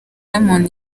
diamond